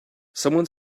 someone